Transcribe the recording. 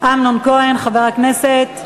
אמנון כהן, חבר הכנסת.